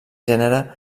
gènere